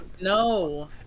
No